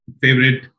favorite